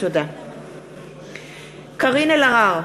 (קוראת בשמות חברי הכנסת) קארין אלהרר,